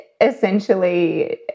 essentially